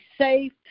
safe